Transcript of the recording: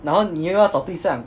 然后你又要找对象